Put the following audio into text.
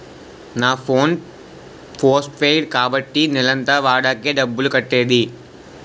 నా phone postpaid కాబట్టి నెలంతా వాడాకే డబ్బులు కట్టేది